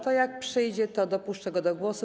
To jak przyjdzie, to dopuszczę go do głosu.